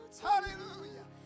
Hallelujah